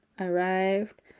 arrived